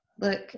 Look